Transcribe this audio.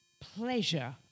pleasure